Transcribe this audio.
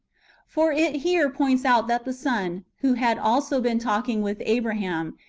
for it here points out that the son, who had also been talking with abraham,